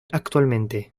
actualmente